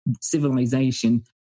civilization